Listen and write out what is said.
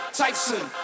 tyson